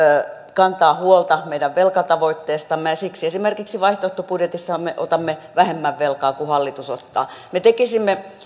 kantaa huolta meidän velkatavoitteestamme ja siksi esimerkiksi vaihtoehtobudjetissammehan me otamme vähemmän velkaa kuin hallitus ottaa me tekisimme